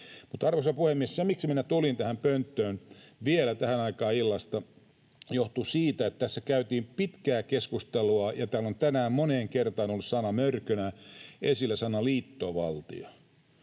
syy siihen, minkä vuoksi minä tulin tähän pönttöön vielä tähän aikaan illasta, johtuu siitä, että tässä käytiin pitkää keskustelua ja täällä on tänään moneen kertaan ollut mörkönä esillä sana ”liittovaltio”: